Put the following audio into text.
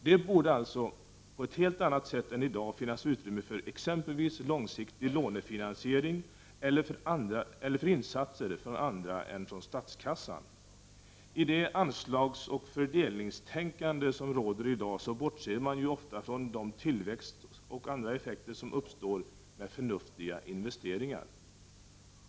Det borde alltså på ett helt annat sätt än i dag finnas utrymme för exempelvis långsiktig lånefinansiering eller för insatser av andra än statskassan. I det anslagsoch fördelningstänkande som råder i dag bortser man ju ofta från de tillväxteffekter och andra effekter som uppstår som en följd av förnuftiga investeringar.